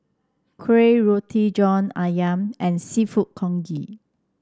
Kuih Roti John ayam and seafood Congee